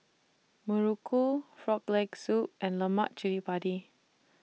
Muruku Frog Leg Soup and Lemak Cili Padi